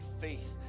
faith